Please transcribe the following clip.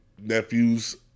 nephews